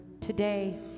today